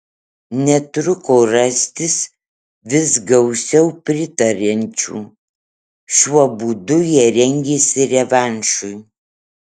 netruko rastis vis gausiau pritariančių šiuo būdu jie rengėsi revanšui